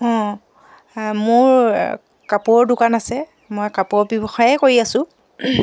অঁ মোৰ কাপোৰৰ দোকান আছে মই কাপোৰৰ ব্যৱসায়ে কৰি আছোঁ